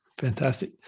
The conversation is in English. fantastic